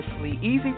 easy